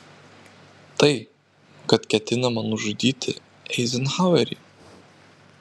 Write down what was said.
tai kad ketinama nužudyti eizenhauerį